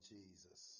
Jesus